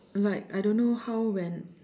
like I don't know how when